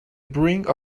brink